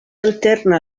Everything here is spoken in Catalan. alterna